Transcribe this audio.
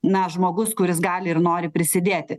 na žmogus kuris gali ir nori prisidėti